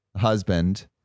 husband